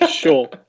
Sure